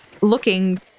looking